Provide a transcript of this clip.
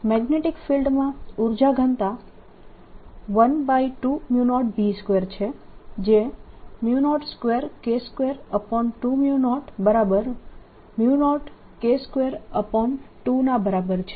magnetic ફિલ્ડમાં ઉર્જા ઘનતા 120B2 છે જે 02K2200K22 ના બરાબર છે